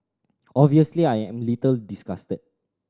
obviously I am little disgusted